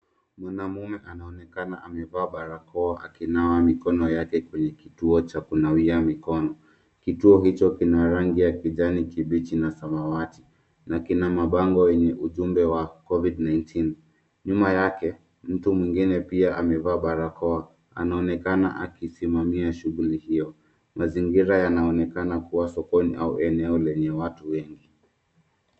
Mwanaume anaonekana amevaa barakoa akinawa mikono yake kwenye kituo cha kunawia mikono. Kituo hicho kina rangi ya kijani kibichi na samawati na kina mabango yenye ujumbe wa Covid-19. Nyuma yake mtu mwingine pia amevaa barakoa anaonekna akisimamia shughuli hiyo. Mazingira yanaonekana kuwa sokoni au eneo lenye watu wengi.